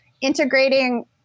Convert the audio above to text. integrating